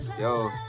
yo